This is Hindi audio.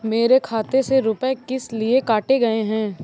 मेरे खाते से रुपय किस लिए काटे गए हैं?